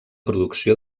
producció